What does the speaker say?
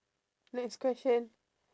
next question